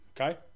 Okay